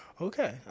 Okay